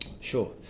Sure